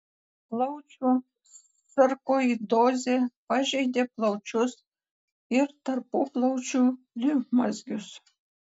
plaučių sarkoidozė pažeidė plaučius ir tarpuplaučių limfmazgius